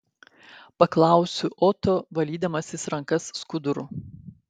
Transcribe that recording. paklausiu oto valydamasis rankas skuduru